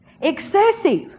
Excessive